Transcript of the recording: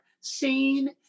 seen